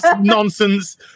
nonsense